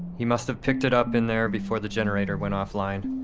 he must have picked it up in there before the generator went offline.